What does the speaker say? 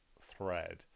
thread